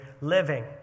living